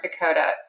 Dakota